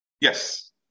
Yes